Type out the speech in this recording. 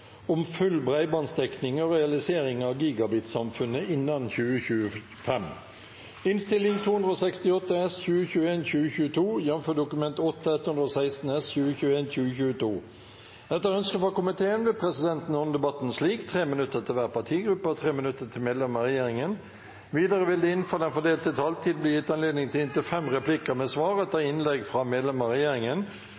om ordet til sak nr. 3. Etter ønske fra transport- og kommunikasjonskomiteen vil presidenten ordne debatten slik: 3 minutter til hver partigruppe og 3 minutter til medlemmer av regjeringen. Videre vil det – innenfor den fordelte taletid – bli gitt anledning til inntil fem replikker med svar etter